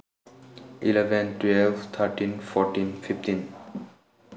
eleven twelve thirteen fourteen fifteen